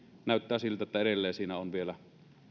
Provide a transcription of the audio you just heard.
näyttää siltä että edelleen siinä on vielä